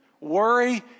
worry